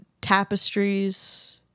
tapestries